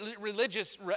religious